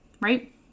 right